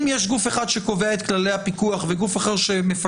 האם יש גוף אחד שקובע את כללי הפיקוח וגוף אחר שמפקח?